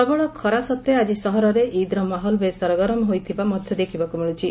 ପ୍ରବଳ ଖରା ସତ୍ତେ ଆଜି ସହରରେ ଇଦ୍ର ମାହୋଲ୍ ବେଶ୍ ସରଗରମ ହୋଇଥିବା ମଧ୍ଧ ଦେଖିବାକୁ ମିଳୁଛି